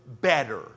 better